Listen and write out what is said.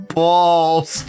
balls